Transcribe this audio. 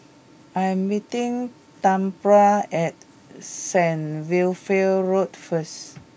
I am meeting Tambra at Saint Wilfred Road first